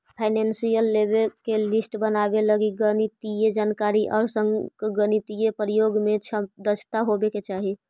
financial लेवे के list बनावे लगी गणितीय जानकारी आउ संगणकीय प्रयोग में दक्षता होवे के चाहि